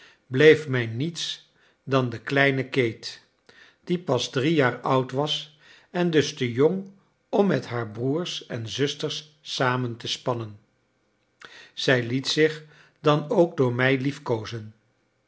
bleef mij niets dan de kleine kate die pas drie jaar oud was en dus te jong om met haar broers en zusters samen te spannen zij liet zich dan ook door mij liefkoozen